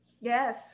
yes